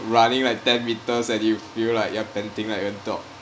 running like ten meters and you feel like you are panting like a dog